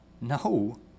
No